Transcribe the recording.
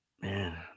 man